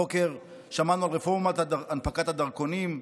הבוקר שמענו על רפורמת הנפקת הדרכונים,